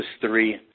three